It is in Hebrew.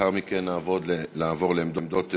לאחר מכן נעבור לעמדות נוספת.